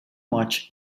much